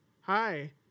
hi